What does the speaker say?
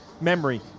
memory